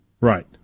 Right